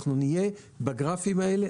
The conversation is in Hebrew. אנחנו נהיה בגרפים האלה,